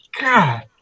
God